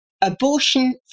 Abortion